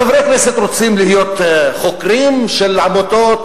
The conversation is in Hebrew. חברי כנסת רוצים להיות חוקרים של עמותות,